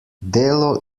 delo